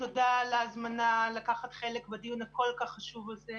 תודה על ההזמנה לקחת חלק בדיון הכל כך חשוב הזה.